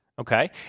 okay